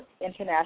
International